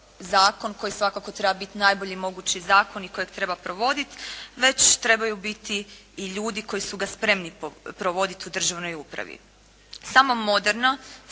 zakon koji svakako treba biti najbolji mogući zakon i kojeg treba provoditi već trebaju biti i ljudi koji su ga spremni provoditi u državnoj upravi. Samo moderna,